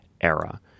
era